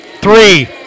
three